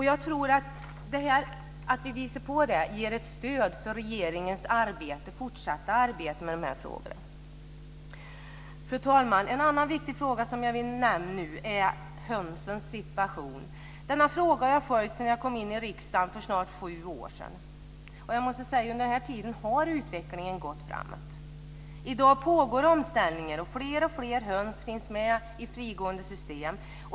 Jag tror att det ger ett stöd för regeringens fortsatta arbete med de här frågorna. Fru talman! En annan viktig fråga som jag vill nämna nu är hönsens situation. Jag har följt den här frågan sedan jag kom in i riksdagen för snart sju år sedan. Under den här tiden har utvecklingen gått framåt. I dag pågår omställningar. Fler och fler höns lever i frigående system.